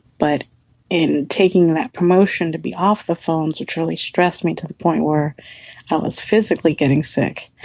but in taking that promotion to be off the phones, it's really stressed me to the point where i was physically getting sick,